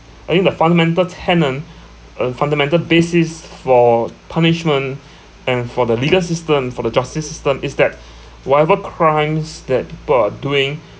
eyeing the fundamental tenet and fundamental basis for punishment and for the legal system for the justice system is that whatever crimes that people are doing